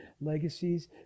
legacies